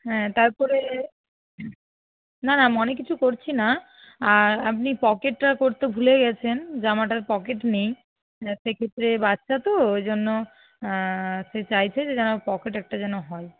হ্যাঁ তারপরে না না মনে কিছু করছি না আর আপনি পকেটটা করতে ভুলে গেছেন জামাটার পকেট নেই সেক্ষেত্রে বাচ্চা তো ওই জন্য সে চাইছে যে যেন পকেট একটা যেন হয়